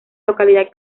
localidad